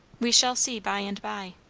we shall see by and by.